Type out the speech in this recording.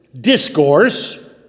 discourse